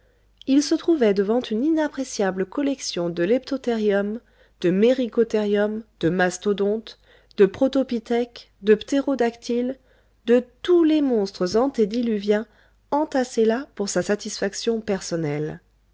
il se trouvait devant une inappréciable collection de leptotherium de mericotherium de mastodontes de protopithèques de ptérodactyles de tous les monstres antédiluviens entassés là pour sa satisfaction personnelle